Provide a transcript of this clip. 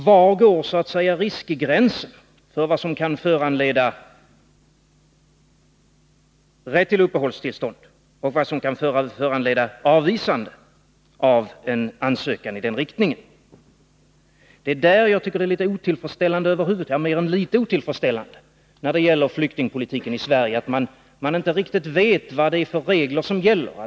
Var går så att säga riskgränsen för vad som kan föranleda rätt till uppehållstillstånd och vad som kan föranleda avvisande av en ansökan i den riktningen? Det som jag tycker är mer än litet otillfredsställande när det gäller flyktingpolitiken i Sverige är alltså att man inte riktigt vet vilka regler som gäller.